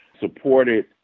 supported